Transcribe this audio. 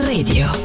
Radio